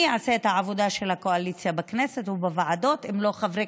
מי יעשה את העבודה של הקואליציה בכנסת ובוועדות אם לא חברי